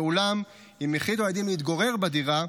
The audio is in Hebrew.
ואולם אם החליטו הילדים להתגורר בדירה,